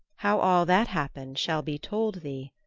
how all that happened shall be told thee,